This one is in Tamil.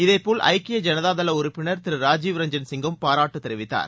இதேபோல் ஐக்கிய ஐனதாதளஉறுப்பினர் திருராஜீவ் ரஞ்சன் சிங்கும் பாராட்டுத் தெரிவித்தார்